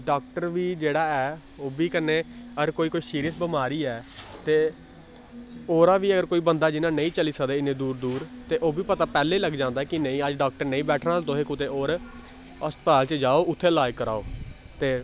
doctor बी जेह्ड़ा ऐ ओह् बी कन्नै अगर कोई कोई सीरियस बमारी ऐ ते ओह्दा बी अगर कोई बंदा जि'यां नेईं चली सकदा इन्ने दूर दूर ते ओह् बी पता पैह्लें लग जांदा कि नेईं अज्ज डाक्टर नेईं बैठना तुसें कुतै होर अस्पताल च जाओ उत्थै लाज कराओ ते